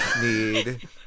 need